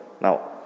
Now